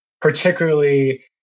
Particularly